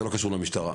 זה לא קשור למשטרה,